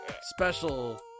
special